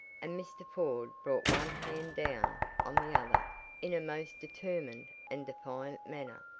and mr. ford brought one hand down on the other in a most determined, and defiant manner.